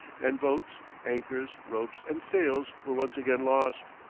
and boats, anchors, ropes, and sails were once again lost.